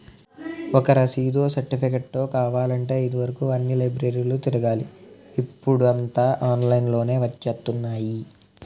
ఒక రసీదో, సెర్టిఫికేటో కావాలంటే ఇది వరుకు అన్ని లైబ్రరీలు తిరగాలి ఇప్పుడూ అంతా ఆన్లైన్ లోనే వచ్చేత్తున్నాయి